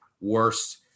worst